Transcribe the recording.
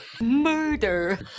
Murder